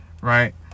right